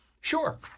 Sure